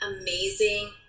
amazing